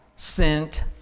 sent